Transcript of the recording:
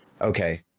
Okay